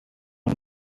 was